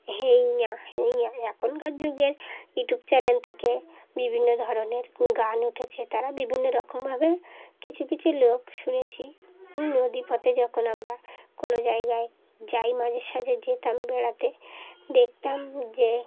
হেইয়া হেইয়া এখনকার যুগের ইউটিউব চ্যানেল থেকে বিভিন্ন ধরনের গান উঠেছে তারা বিভিন্ন রকমভাবে কিছু কিছু লোক শুনেছি নদীপথে যখন আমরা কোনো জায়গায় যাই মাঝে সাঝে যেতাম বেড়াতে দেখতাম যে